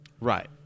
Right